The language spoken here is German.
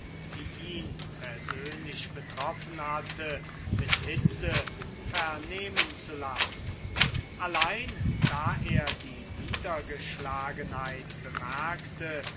die ihn persönlich betroffen hatte mit hitze vernehmen zu lassen allein da er die niedergeschlagenheit bemerkte